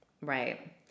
right